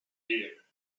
here